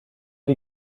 wir